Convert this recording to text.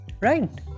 right